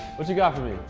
what you got for me?